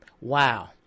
Wow